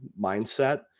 mindset